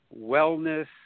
wellness